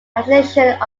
alternation